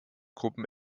gruppen